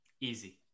Easy